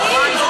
רואים.